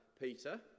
Peter